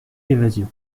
évasion